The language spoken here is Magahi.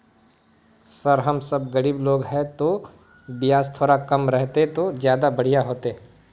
सर हम सब गरीब लोग है तो बियाज थोड़ा कम रहते तो ज्यदा बढ़िया होते